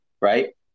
Right